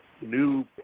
new